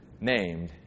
named